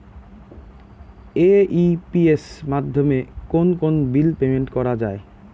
AEPS মাধ্যমে কোন কোন বিল পেমেন্ট করা যায়?